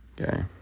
Okay